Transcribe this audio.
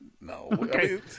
No